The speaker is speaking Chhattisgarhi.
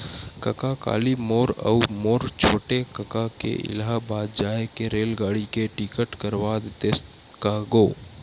कका काली मोर अऊ मोर छोटे कका के इलाहाबाद जाय के रेलगाड़ी के टिकट करवा देतेस का गो